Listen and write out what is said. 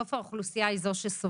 בסוף האוכלוסייה היא זו שסובלת.